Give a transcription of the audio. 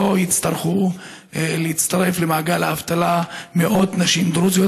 יצטרכו להצטרף למעגל האבטלה מאות נשים דרוזיות.